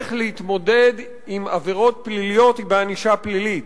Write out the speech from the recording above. כשהדרך להתמודד עם עבירות פליליות היא בענישה פלילית,